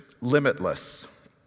Limitless